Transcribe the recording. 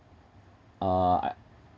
uh I